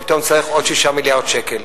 כי פתאום צריך עוד 6 מיליארד שקל.